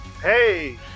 Hey